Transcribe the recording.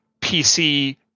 PC